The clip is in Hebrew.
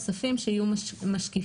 ואפשר להזמין גורמים נוספים שיהיו משקיפים.